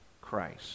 Christ